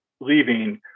leaving